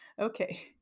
Okay